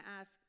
ask